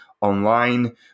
online